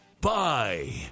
Bye